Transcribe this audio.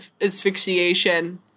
asphyxiation